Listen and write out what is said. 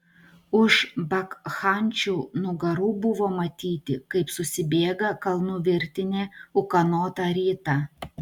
už bakchančių nugarų buvo matyti kaip susibėga kalnų virtinė ūkanotą rytą